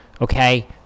Okay